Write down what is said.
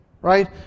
Right